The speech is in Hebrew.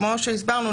וכמו שהסברנו,